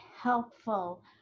helpful